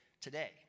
today